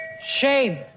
Shame